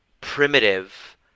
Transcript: primitive